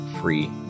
free